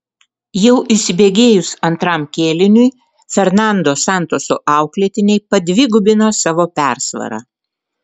jau įsibėgėjus antram kėliniui fernando santoso auklėtiniai padvigubino savo persvarą